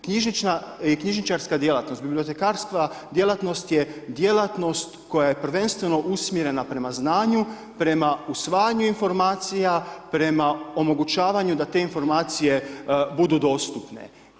Knjižničarska djelatnost, bibliotekarska djelatnost je djelatnost koja je prvenstveno usmjerena prema znanju, prema usvajanju informacija, prema omogućavanju da te informacije budu dostupne.